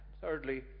Thirdly